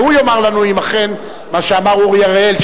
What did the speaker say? והוא יאמר לנו אם אכן מה שאמר אורי אריאל,